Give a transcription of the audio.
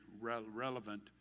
relevant